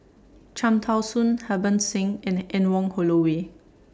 Cham Tao Soon Harbans Singh and Anne Wong Holloway